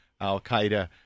al-Qaeda